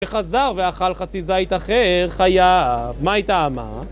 וחזר ואכל חצי זית אחר חייב, מה היא טעמה?